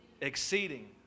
exceeding